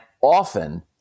often